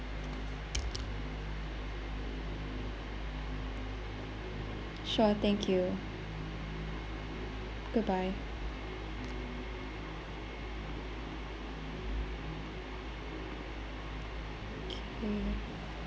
sure thank you goodbye okay